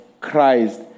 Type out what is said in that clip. Christ